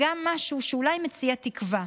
גם משהו שאולי מציע תקווה.